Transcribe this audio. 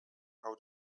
how